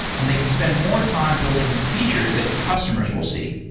and they can spend more time building features that customers will see.